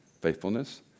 faithfulness